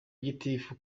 gitifu